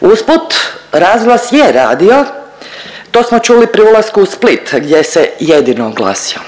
Usput, razglas je radio, to smo čuli pri ulasku u Split gdje se jedino oglasio.